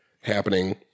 happening